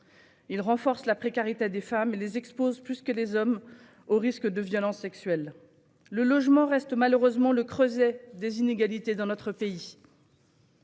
renforce la précarité des femmes et les expose, plus que les hommes, au risque de violences sexuelles. Le logement reste malheureusement le creuset des inégalités dans notre pays.